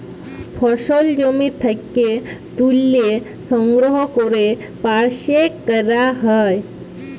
ফসল জমি থ্যাকে ত্যুলে সংগ্রহ ক্যরে পরসেস ক্যরা হ্যয়